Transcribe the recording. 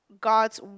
God's